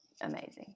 amazing